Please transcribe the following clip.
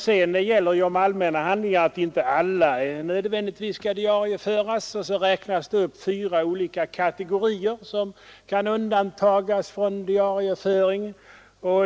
Sedan gäller om allmänna handlingar att inte alla nödvändigtvis skall diarieföras, och promemorian anger fyra kategorier som kan undantas från diarieföringen.